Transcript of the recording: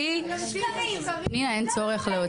אין צורך להוציא אותה.